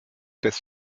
des